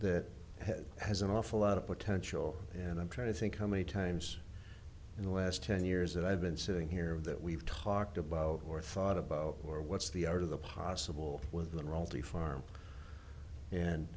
that has an awful lot of potential and i'm trying to think how many times in the last ten years that i've been sitting here that we've talked about or thought about or what's the art of the possible with a roll to a farm and